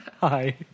hi